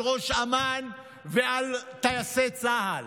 על ראש אמ"ן ועל טייסי צה"ל.